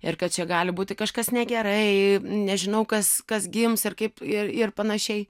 ir kad čia gali būti kažkas negerai nežinau kas kas gims ir kaip ir ir panašiai